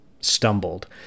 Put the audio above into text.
stumbled